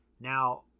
now